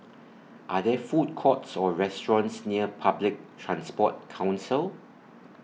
Are There Food Courts Or restaurants near Public Transport Council